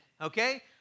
Okay